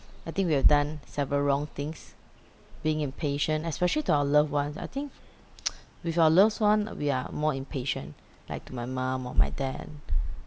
I think we have done several wrong things being impatient especially to our loved ones I think with our loved one we are more impatient like to my mom or my dad